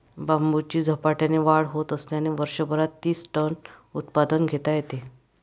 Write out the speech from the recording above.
बांबूची झपाट्याने वाढ होत असल्यामुळे वर्षभरात तीस टन उत्पादन घेता येते